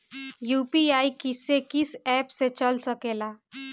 UPI किस्से कीस app से चल सकेला?